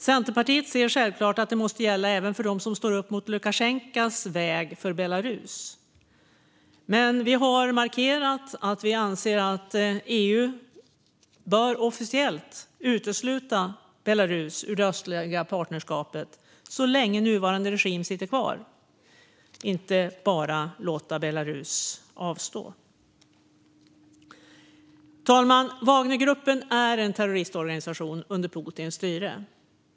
Centerpartiet ser självklart att det måste gälla även för dem som står upp mot Lukasjenkos väg för Belarus. Men vi har markerat att vi anser att EU officiellt bör utesluta Belarus ur det östliga partnerskapet så länge nuvarande regim sitter kvar och inte bara låta Belarus avstå. Fru talman! Wagnergruppen är en terroristorganisation under Putins styre.